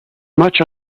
much